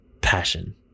Passion